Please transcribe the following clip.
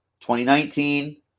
2019